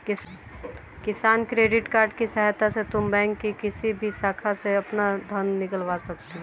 किसान credit card की सहायता से तुम बैंक की किसी भी शाखा से अपना धन निकलवा सकती हो